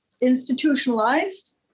institutionalized